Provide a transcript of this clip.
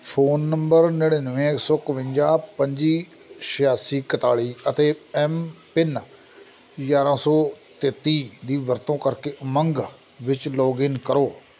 phone number ਨੜ੍ਹਿਨਵੇਂ ਇੱਕ ਸੌ ਇੱਕਵੰਜਾ ਪੰਜੀ ਛਿਆਸੀ ਇੱਕਤਾਲੀ ਅਤੇ ਐਮਪਿੰਨ ਗਿਆਰ੍ਹਾਂ ਸੌ ਤੇਤੀ ਦੀ ਵਰਤੋਂ ਕਰਕੇ ਉਮੰਗ ਵਿੱਚ ਲੌਗਇਨ ਕਰੋ